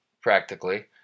practically